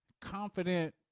confident